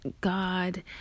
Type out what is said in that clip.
God